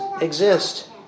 exist